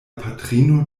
patrino